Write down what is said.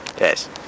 Yes